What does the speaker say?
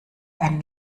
ein